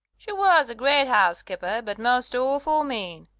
she was a great housekeeper, but most awful mean.